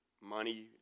money